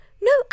No